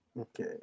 Okay